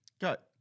Got